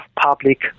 public